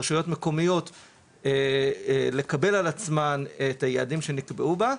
רשויות מקומיות לקבל על עצמן את היעדים שנקבעו בה.